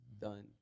done